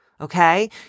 Okay